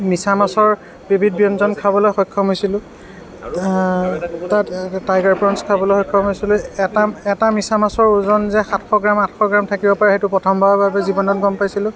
মিছা মাছৰ বিবিধ ব্যঞ্জন খাবলৈ সক্ষম হৈছিলোঁ তাত টাইগাৰ প্ৰণছ খাবলৈ সক্ষম হৈছিলোঁ এটা এটা মিছা মাছৰ ওজন যে সাতশ গ্ৰাম আঠশগ্ৰাম থাকিব পাৰে সেইটো প্ৰথমবাৰৰ বাবে জীৱনত গম পাইছিলোঁ